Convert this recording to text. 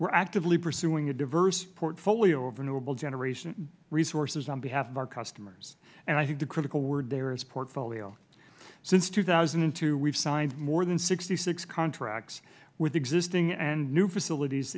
are actively pursuing a diverse portfolio of renewable generation resources on behalf of our customers and i think the critical word there is portfolio since two thousand and two we have signed more than sixty six contracts with existing and new facilities